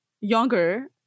younger